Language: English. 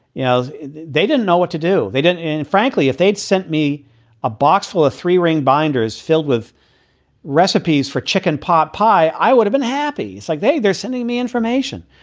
you know they didn't know what to do. they didn't. and frankly, if they'd sent me a box full of ah three ring binders filled with recipes for chicken pot pie, i would've been happy. like they they're sending me information.